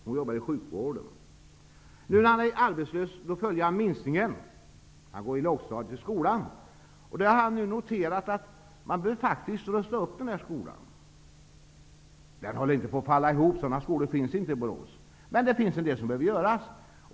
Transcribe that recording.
Hon arbetar inom sjukvården. Mannen brukar nu följa minstingen, som är på lågstadiet, till skolan. Då har han noterat att skolan faktiskt borde rustas upp. Inte så att skolan faller ihop, sådana skolor har vi inte i Borås, men en del borde göras.